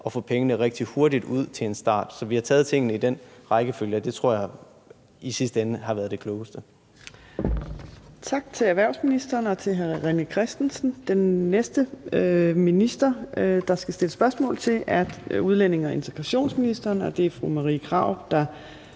at få pengene rigtig hurtigt ud til en start. Så vi har taget tingene i den rækkefølge, og det tror jeg i sidste ende har været det klogeste.